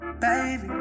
Baby